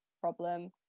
problem